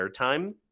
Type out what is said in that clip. airtime